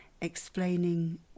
explaining